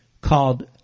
called